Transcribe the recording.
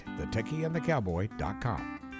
thetechieandthecowboy.com